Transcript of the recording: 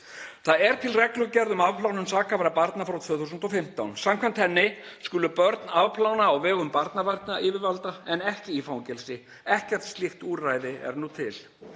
Það er til reglugerð um afplánun sakhæfra barna frá 2015. Samkvæmt henni skulu börn afplána á vegum barnaverndaryfirvalda en ekki í fangelsi. Ekkert slíkt úrræði er nú til.